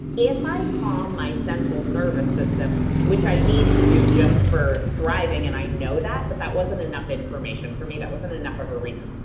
if i calm my central nervous system which i need to do just for thriving, and i know that. but that wasn't enough information for me, that wasn't enough of a reason.